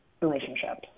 relationships